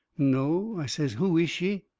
no, i says, who is she?